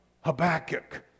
Habakkuk